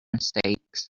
mistakes